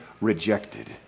rejected